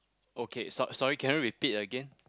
okay so~ sorry can you repeat again